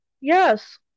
Yes